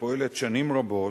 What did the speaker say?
הפועלת שנים רבות,